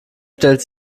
stellt